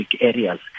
areas